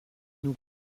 nous